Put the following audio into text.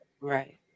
Right